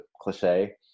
cliche